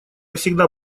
всегда